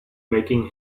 making